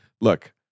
look